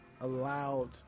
allowed